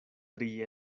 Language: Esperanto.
tri